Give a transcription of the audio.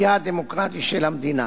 אופיה הדמוקרטי של המדינה.